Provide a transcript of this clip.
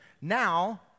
now